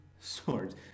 swords